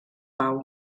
pau